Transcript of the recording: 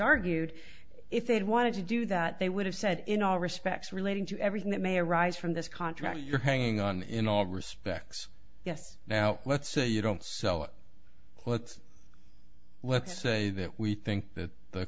argued if they'd wanted to do that they would have said in all respects relating to everything that may arise from this contract you're hanging on in all respects yes now let's say you don't sell well let's say that we think that the